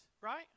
right